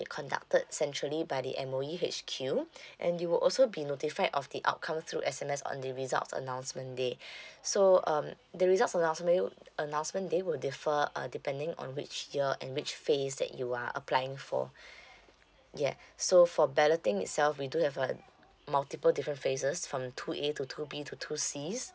conducted centrally by the M_O_E H_Q and you will also be notified of the outcome through S_M_S on the results announcement day so um the results announceme~ you announcement day will differ uh depending on which year and which phase that you are applying for yeah so for balloting itself we do have a multiple different phase from two A to two B to two C